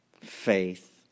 faith